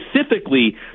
specifically